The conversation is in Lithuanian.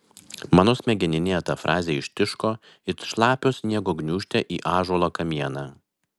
mano smegeninėje ta frazė ištiško it šlapio sniego gniūžtė į ąžuolo kamieną